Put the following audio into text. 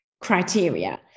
criteria